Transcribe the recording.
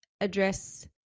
address